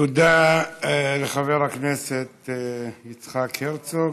תודה לחבר הכנסת יצחק הרצוג.